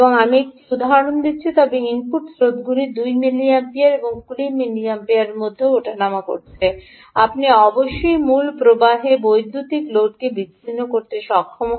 আমি একটি উদাহরণ দিচ্ছি তবে ইনপুট স্রোতগুলি 2 মিলিঅ্যাম্পিয়ার এবং 20 মিলিঅ্যাম্পিয়ারের মধ্যে ওঠানামা করছে আপনি অবশ্যই মূলত প্রবাহে বৈদ্যুতিক লোডকে বিচ্ছিন্ন করতে সক্ষম হবেন